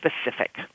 specific